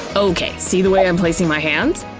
okay, see the way i'm placing my hands?